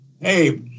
hey